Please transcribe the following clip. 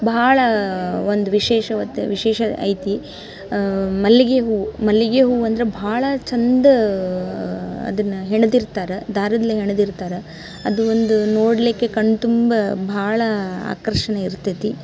ಭಾಳ ಒಂದು ವಿಶೇಷವತ್ ವಿಶೇಷ ಐತಿ ಮಲ್ಲಿಗೆ ಹೂ ಮಲ್ಲಿಗೆ ಹೂ ಅಂದ್ರೆ ಭಾಳ ಚಂದ ಅದನ್ನು ಹೆಣೆದಿರ್ತಾರೆ ದಾರದಲ್ಲಿ ಹೆಣೆದಿರ್ತಾರೆ ಅದು ಒಂದು ನೋಡಲಿಕ್ಕೆ ಕಣ್ಣು ತುಂಬ ಭಾಳ ಆಕರ್ಷಣೆ ಇರ್ತೈತಿ